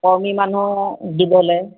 কৰ্মী মানুহ দিবলৈ